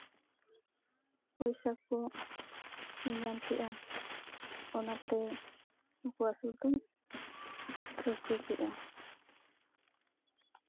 ᱯᱚᱭᱥᱟ ᱠᱚ ᱧᱟᱢ ᱠᱮᱜᱼᱟ ᱚᱱᱟᱛᱮ ᱱᱩᱠᱩ ᱟᱹᱥᱩᱞ ᱫᱩᱧ ᱴᱷᱟᱹᱣᱠᱟᱹ ᱠᱮᱜᱼᱟ